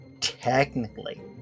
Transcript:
technically